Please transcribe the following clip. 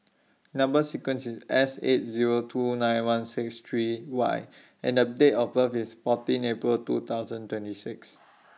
Number sequence IS S eight Zero two nine one six three Y and The Date of birth IS fourteen April two thousand twenty six